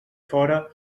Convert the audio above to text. fora